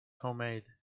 homemade